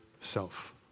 self